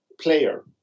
player